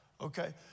okay